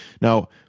Now